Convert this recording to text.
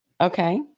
Okay